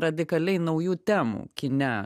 radikaliai naujų temų kine